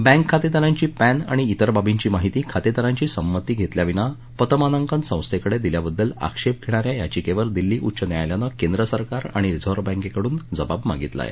bank खाते दारांची PAN आणि तेर बाबींची माहिती खातेदारांची सहमती घेतल्या विना पतमानांकन संस्थेकडे दिल्याबद्दल आक्षेप घेण या याचिकेवर दिल्ली उच्च न्यायालयानं केंद्रसरकार आणि रिझर्व बँकेकडून जबाब मागितला आहे